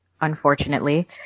unfortunately